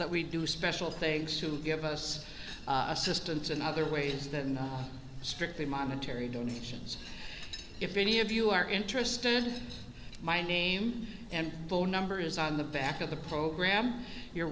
that we do special things to give us systems in other ways than strictly monetary donations if any of you are interested my name and phone number is on the back of the program you're